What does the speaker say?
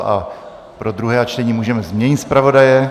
A pro druhé čtení můžeme změnit zpravodaje.